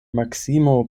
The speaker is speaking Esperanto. maksimo